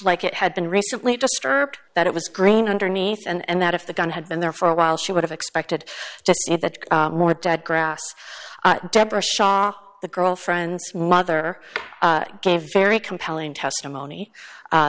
like it had been recently disturbed that it was green underneath and that if the gun had been there for a while she would have expected to see that more dead grass deborah shaw the girlfriend's mother gave very compelling testimony